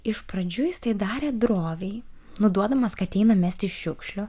iš pradžių jis tai darė droviai nuduodamas kad eina mesti šiukšlių